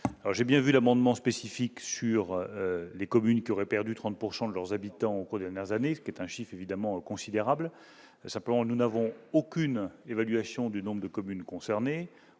j'ai bien vu d'amendement spécifiques sur les communes qui aurait perdu 30 pourcent de leurs habitants au cours dernières années ce qui est un chiffre évidemment considérable l'simplement nous n'avons aucune évaluation du nombre de communes concernées,